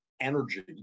energy